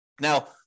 Now